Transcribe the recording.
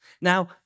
Now